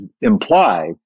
imply